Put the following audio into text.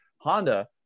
Honda